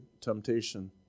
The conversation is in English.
temptation